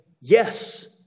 yes